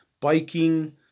biking